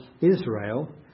Israel